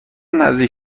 نزدیک